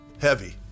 Heavy